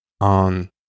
on